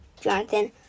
Jonathan